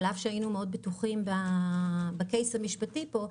על אף שהיינו בטוחים בתיק המשפטי פה,